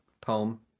poem